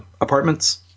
apartments